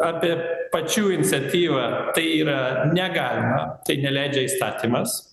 apie pačių iniciatyvą tai yra negalima tai neleidžia įstatymas